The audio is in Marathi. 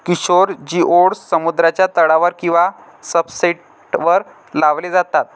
किशोर जिओड्स समुद्राच्या तळावर किंवा सब्सट्रेटवर लावले जातात